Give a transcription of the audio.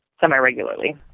semi-regularly